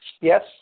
yes